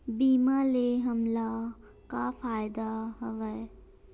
बीमा ले हमला का फ़ायदा हवय?